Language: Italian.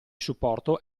supporto